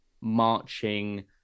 marching